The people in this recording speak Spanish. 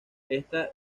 esta